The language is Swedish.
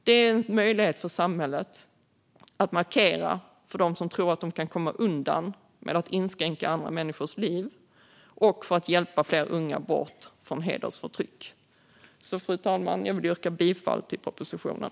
Detta är en möjlighet för samhället att markera för dem som tror att de kan komma undan med att inskränka andra människors liv och för att hjälpa fler unga bort från hedersförtryck. Fru talman! Jag vill yrka bifall till propositionen.